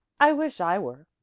i wish i were.